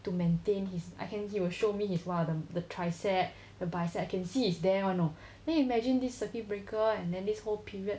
to maintain his he will show me is one of the the tricep bicep can see is there [one] you know then imagine this circuit breaker and then this whole period